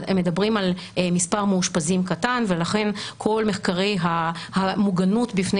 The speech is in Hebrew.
הם מדברים על מספר מאושפזים קטן ולכן כל מחקרי המוגנות בפני